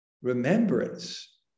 remembrance